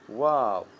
wow